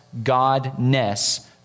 Godness